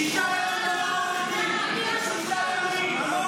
שישה ימים ללא עורך דין, שישה ימים.